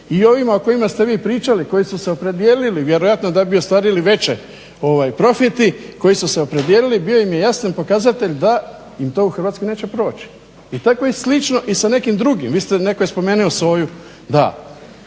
o ovima o kojima ste vi pričali koji su se opredijelili vjerojatno da bi ostvarili veći profit, koji su se opredijelili. Bio im je jasan pokazatelj da im to u Hrvatskoj neće proći. I tako je slično i sa nekim drugim. Vi ste, netko je spomenuo soju, da.